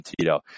Tito